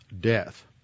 death